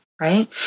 Right